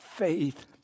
faith